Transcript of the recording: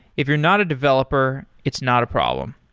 if you're not a developer, it's not a problem.